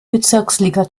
bezirksliga